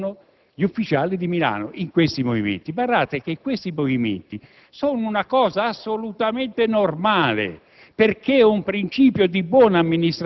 gli ha presentato un elenco di ufficiali da trasferire, i cosiddetti movimenti, e allora il Vice ministro ha